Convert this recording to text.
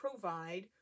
provide